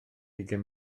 ugain